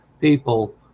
people